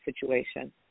situation